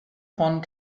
von